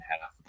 half